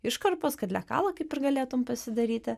iškarpos kad lekalą kaip ir galėtum pasidaryti